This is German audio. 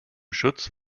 schutz